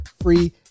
free